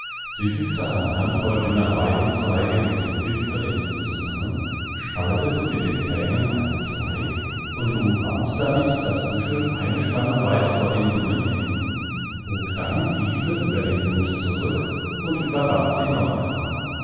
sie fügte eine handvoll dünner weidenzweige mit den wipfelenden zusammen spaltete mit den zähnen einen zweig und umwand damit das büschel eine spanne weit vor den dünnen enden bog dann diese über den bund zurück und überband sie noch einmal